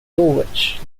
dulwich